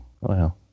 Wow